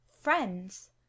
friends